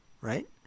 Right